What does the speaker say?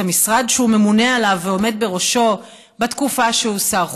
את המשרד שהוא ממונה עליו ועומד בראשו בתקופה שהוא שר חוץ: